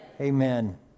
Amen